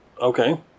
Okay